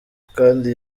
kandi